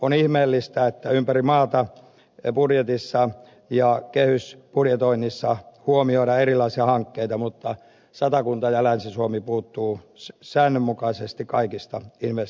on ihmeellistä että ympäri maata budjetissa ja kehysbudjetoinnissa huomioidaan erilaisia hankkeita mutta satakunta ja länsi suomi puuttuvat säännönmukaisesti kaikista investoinneista